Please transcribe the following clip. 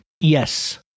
Yes